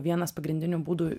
vienas pagrindinių būdų